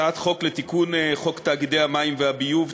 הצעת חוק לתיקון חוק תאגידי המים והביוב,